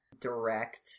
direct